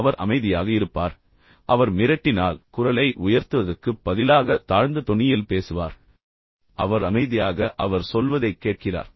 அவர் அமைதியாக இருப்பார் அவர் மிரட்டினால் குரலை உயர்த்துவதற்குப் பதிலாக தாழ்ந்த தொனியில் பேசுவார் அவர் அமைதியாக அவர் சொல்வதைக் கேட்கிறார்